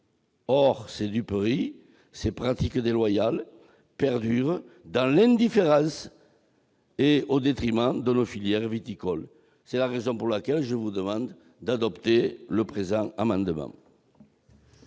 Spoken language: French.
Or ces duperies et pratiques déloyales perdurent dans l'indifférence de tous, au détriment de nos filières viticoles. C'est la raison pour laquelle je vous demande d'adopter le présent amendement.